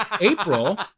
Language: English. April